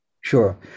Sure